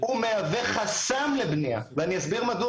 הוא מהווה חסם לבנייה, ואני אסביר מדוע.